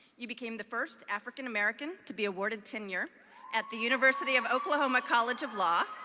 you became the first african american to be awarded tenure at the university of oklahoma college of law,